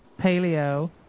paleo